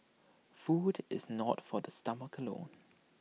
food is not for the stomach alone